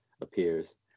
appears